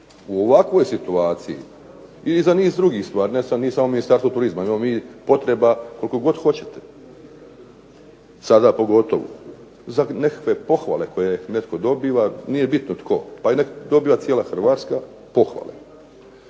u ovakvoj situaciji i za niz drugih stvari ne samo Ministarstva turizma imamo mi potreba koliko god hoćete sada pogotovo, za nekakve pohvale koje dobiva nije bitno tko, pa dobiva cijela Hrvatska pohvale.